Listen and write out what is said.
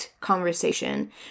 conversation